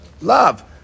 love